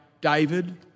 David